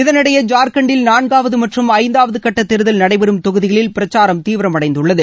இதனிடையே ஜார்க்கண்ட்டில் நான்காவது மற்றும் ஐந்தாவது கட்ட தேர்தல் நடைபெறும் தொகுதிகளில் பிரச்சாரம் தீவிரமடைந்துள்ளது